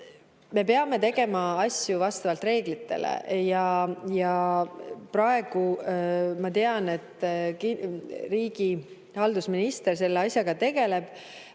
Me peame tegema asju vastavalt reeglitele. Praegu ma tean, et riigihalduse minister selle asjaga tegeleb.